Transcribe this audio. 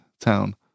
town